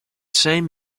same